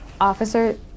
officer